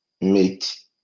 mate